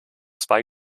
zwei